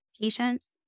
patience